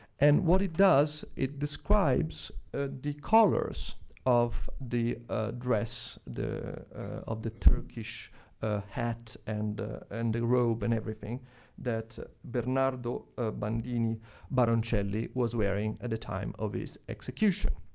and what it does, it describes ah the colors of the dress, of the turkish hat and and the robe and everything that bernardo bandini baroncelli was wearing at the time of his execution.